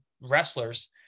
wrestlers